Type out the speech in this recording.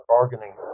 bargaining